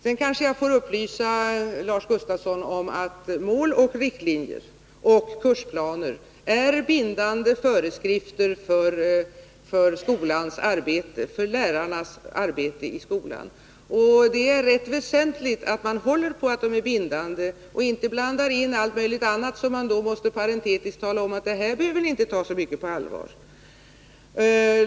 Sedan kanske jag får upplysa Lars Gustafsson om att Mål och riktlinjer och kursplaner är bindande föreskrifter för lärarnas arbete i skolan. Och det är väsentligt att man håller på att de är bindande och inte blandar in allt möjligt annat — och då parentetiskt måste tala om att lärarna inte behöver ta det så mycket på allvar.